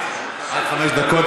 עד חמש דקות,